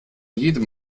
jedem